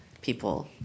people